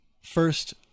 first